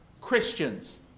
Christians